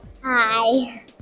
Hi